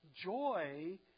joy